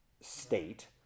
state